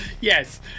yes